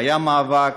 היה מאבק.